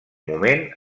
moment